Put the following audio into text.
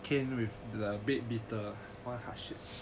came with a bit bitter why hardship